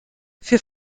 für